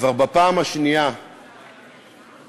כבר בפעם השנייה לכנסת,